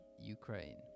Ukraine